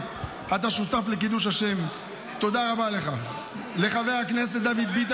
אתה משתמש בתורה כקרדום לחפור בו.